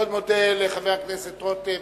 אני מאוד מודה לחבר הכנסת רותם.